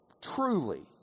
truly